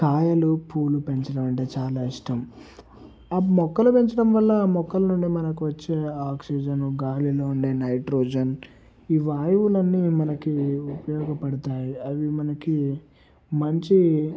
కాయలు పూలు పెంచడం అంటే చాలా ఇష్టం ఆ మొక్కలు పెంచడం వల్ల ఆ మొక్కల నుండి మనకు వచ్చే ఆక్సిజన్ గాలిలో ఉండే నైట్రోజన్ ఈ వాయువులన్నీ మనకి ఉపయోగపడతాయి అవి మనకి మంచి